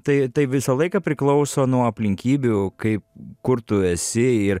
tai tai visą laiką priklauso nuo aplinkybių kaip kur tu esi ir